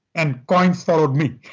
and coins followed me.